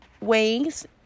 ways